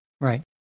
Right